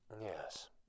yes